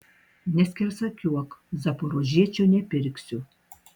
neskersakiuok zaporožiečio nepirksiu